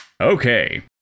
okay